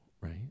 right